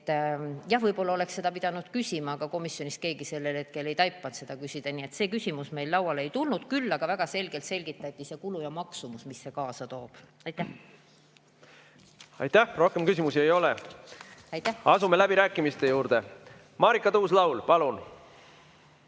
Jah, võib-olla oleks seda pidanud küsima, aga komisjonis keegi sellel hetkel ei taibanud seda küsida. Nii et see küsimus meil lauale ei tulnud, küll aga väga selgelt selgitati seda kulu ja maksumust, mida see kaasa toob. Aitäh! Rohkem küsimusi ei ole, asume läbirääkimiste juurde. Marika Tuus-Laul, palun!